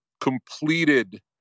completed